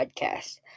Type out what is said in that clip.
podcast